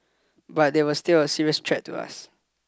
but they were still a serious threat to us